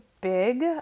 big